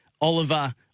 Oliver